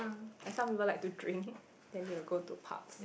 like someone like to drink then they will go to pubs